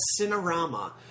Cinerama